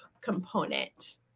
component